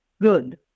good